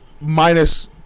Minus